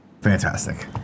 Fantastic